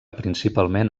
principalment